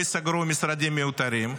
לא ייסגרו משרדים מיותרים,